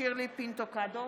שירלי פינטו קדוש,